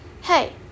hey